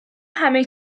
همه